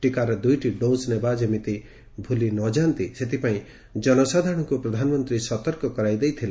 ଟିକାର ଦୁଇଟି ଡୋଜ୍ ନେବା ଯେମିତି ଭୁଲି ନ ଯାଆନ୍ତି ସେଥିପାଇଁ ଜନସାଧାରଣଙ୍କୁ ପ୍ରଧାନମନ୍ତୀ ସତର୍କ କରାଇ ଦେଇଥିଲେ